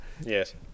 Yes